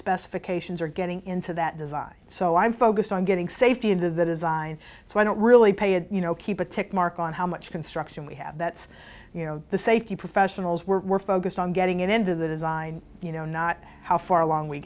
specifications are getting into that design so i'm focused on getting safety into the design so i don't really pay it you know keep a check mark on how much construction we have that's you know the safety professionals were focused on getting it into the design you know not how far along we